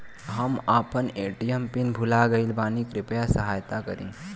हम आपन ATM PIN भूल गईल बानी कृपया सहायता करी